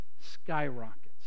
skyrockets